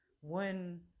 one